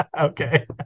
okay